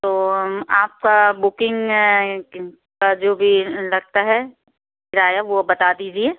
तो आपकी बुकिंग का जो भी लगता है किराया वो आप बता दीजिए